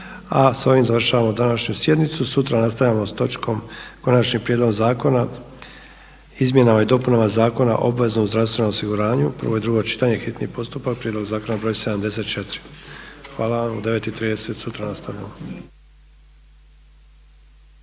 A s ovim završavamo današnju sjednicu i sutra nastavljamo s točkom Konačni prijedlog zakona o izmjenama i dopuna Zakona o obveznom zdravstvenom osiguranju, prvo i drugo čitanje, hitni postupak, prijedlog zakona br. 74. Hvala vam, u 9,30 sutra nastavljamo.